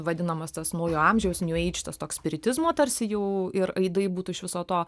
vadinamas tas naujo amžiaus nju eidž tas toks spiritizmo tarsi jau ir aidai būtų iš viso to